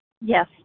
yes